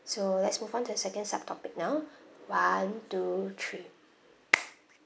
so let's move on to the second sub topic now one two three